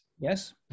Yes